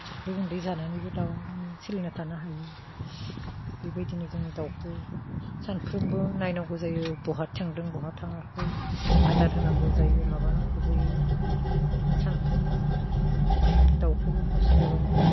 सफ्रै गुन्दै जानानैबो दाउआ माने सोलिना थानो हायो बेबायदिनो जोङो दाउखौ सानफ्रोमबो नायनांगौ जायो बहा थांदों बहा थाङाखै आदार होनांगौ जायो माबानांगौ जायो जों सानफ्रोमबो दाउखौबो खस्त' दङ